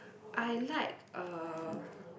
I like uh